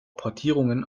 portierungen